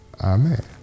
Amen